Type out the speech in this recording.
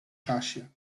czasie